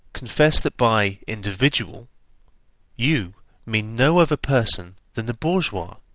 confess that by individual you mean no other person than the bourgeois,